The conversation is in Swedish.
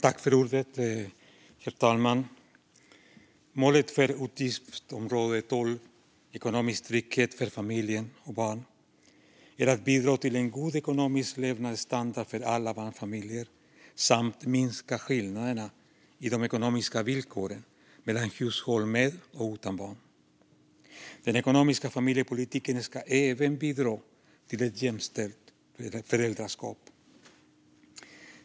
Herr talman! Målet för utgiftsområde 12, Ekonomisk trygghet för familjer och barn, är att bidra till en god ekonomisk levnadsstandard för alla barnfamiljer samt minska skillnaderna i de ekonomiska villkoren mellan hushåll med och utan barn. Den ekonomiska familjepolitiken ska även bidra till ett jämställt föräldraskap.